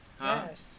Yes